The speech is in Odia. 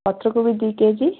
ପତ୍ରକୋବି ଦୁଇ କେଜି